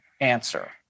answer